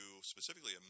specifically